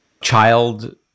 child